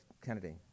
Kennedy